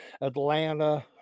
Atlanta